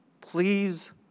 Please